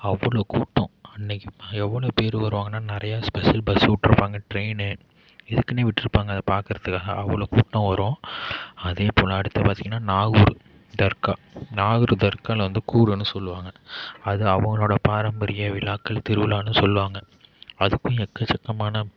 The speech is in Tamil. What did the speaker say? அவ்வளோ கூட்டம் அன்னிக்கி எவ்வளோ பேர் வருவாங்கனால் நிறையா ஸ்பெஷல் பஸ்ஸு விட்ருப்பாங்க டிரெயினு இதுக்கினே விட்டிருப்பாங்க அதை பார்க்குறதுக்காக அவ்வளோ கூட்டம் வரும் அதேப்போல் அடுத்தது பார்த்திங்கன்னா நாகூர் தர்கா நாகூர் தர்காவில் வந்து கூடுன்னு சொல்லுவாங்க அது அவங்களோட பாரம்பரிய விழாக்கள் திருவிழான்னு சொல்லுவாங்க அதுக்குன்னு எக்கசக்கமான